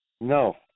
No